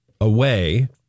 away